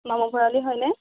মামু ভৰালি হয়নে